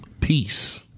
Peace